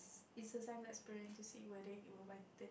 it's a science experiment to see whether you will whiten